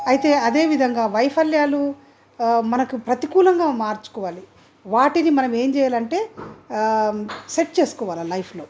అయితే అదే విధంగా వైఫల్యాలు మనకు ప్రతికూలంగా మార్చుకోవాలి వాటిని మనము ఏం చేయాలంటే సెట్ చేసుకోవాలి లైఫ్లో